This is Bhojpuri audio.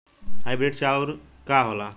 हाइब्रिड चाउर का होला?